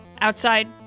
outside